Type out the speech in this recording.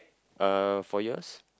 uh for yours